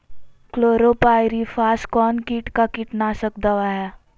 Chlorpyrifos कौन किट का कीटनाशक दवा है?